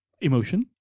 emotion